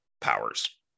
powers